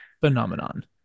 phenomenon